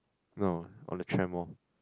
no on the tram loh